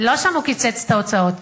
לא שם הוא קיצץ את ההוצאות.